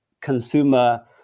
consumer